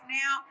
now